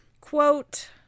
Quote